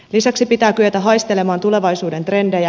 lisäksi pitää kyetä haistelemaan tulevaisuuden trendejä